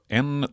en